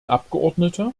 abgeordneter